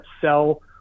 sell